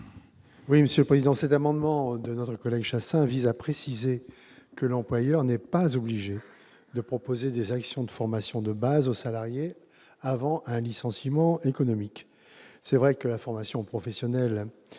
la commission ? Cet amendement de notre collègue Daniel Chasseing vise à préciser que l'employeur n'est pas obligé de proposer des actions de formation de base aux salariés avant un licenciement économique. Il est vrai que la formation professionnelle